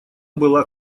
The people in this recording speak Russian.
была